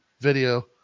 video